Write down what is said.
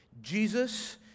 Jesus